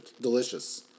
Delicious